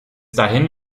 dahin